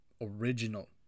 original